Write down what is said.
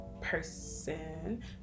person